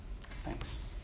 Thanks